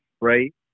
right